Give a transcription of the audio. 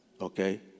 Okay